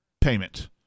payment